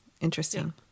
interesting